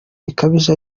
bikabije